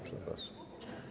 Przepraszam.